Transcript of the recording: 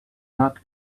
not